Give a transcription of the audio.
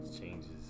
changes